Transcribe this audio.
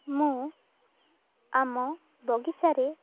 ମୁଁ ଆମ ବଗିଚାରେ